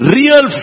real